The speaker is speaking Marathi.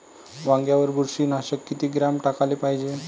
वांग्यावर बुरशी नाशक किती ग्राम टाकाले पायजे?